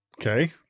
Okay